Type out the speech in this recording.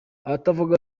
abatavuga